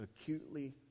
acutely